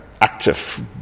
active